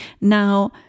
Now